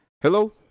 Hello